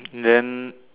then